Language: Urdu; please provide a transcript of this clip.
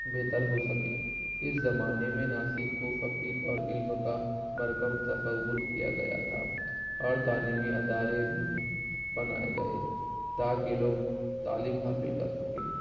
بہتر ہو سکے اس زمانے میں ناسک کو فوقیت اور علم کا مرکز تصور کیا گیا تھا اور تعلیمی ادارے بھی بنائے گئے تاکہ لوگ تعلیم حاصل کر سکیں